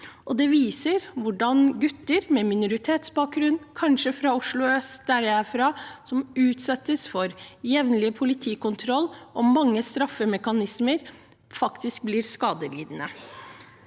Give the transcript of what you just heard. Det vises til hvordan gutter med minoritetsbakgrunn – kanskje fra Oslo øst, der jeg er fra – utsettes for jevnlig politikontroll og mange straffemekanismer og faktisk blir skadelidende.